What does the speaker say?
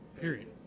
Period